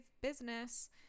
business